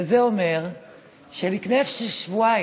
וזה אומר שלפני שבועיים,